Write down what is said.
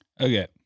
Okay